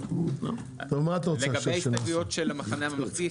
לגבי ההסתייגויות של המחנה הממלכתי,